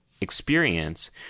experience